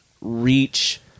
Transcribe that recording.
reach